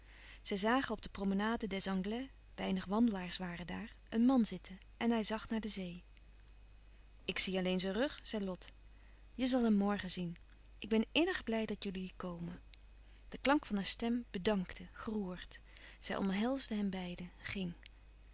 zij zagen op de promenade des anglais weinig wandelaars waren daar een man zitten en hij zag naar de zee ik zie alleen zijn rug zei lot je zal hem morgen zien ik ben innig blij dat jullie komen de klank van haar stem bedankte geroerd zij omhelsde hen beiden ging